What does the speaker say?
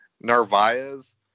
Narvaez